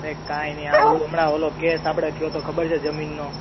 અરે કાંઈ નહીં આ ઓલું હમણાં ઓલો કેસ આપણે થયો તો ખબર છે જમીનનો